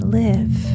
live